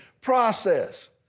process